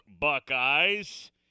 Buckeyes